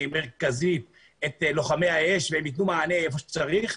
המרכזית את לוחמי האש והם ייתנו מענה היכן שצריך,